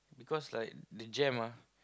because like the jam ah